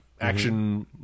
action